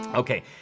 Okay